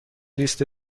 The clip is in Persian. لیست